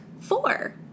four